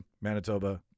Manitoba